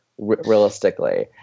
Realistically